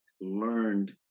learned